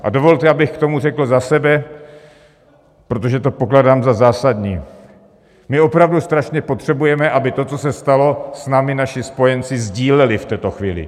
A dovolte, abych k tomu řekl za sebe, protože to pokládám za zásadní: my opravdu strašně potřebujeme, aby to, co se stalo, s námi naši spojenci sdíleli v této chvíli.